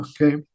okay